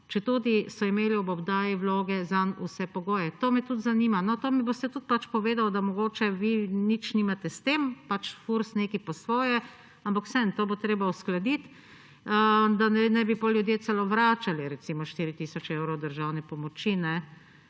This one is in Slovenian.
četudi so imeli ob oddaji vloge zanj vse pogoje? To me tudi zanima. To mi boste tudi povedali, da mogoče vi nič nimate s tem, pač Furs nekaj po svoje. Ampak vseeno, to bo treba uskladiti. Da ne bi potem ljudje celo vračali, recimo 4 tisoče evrov državne pomoči.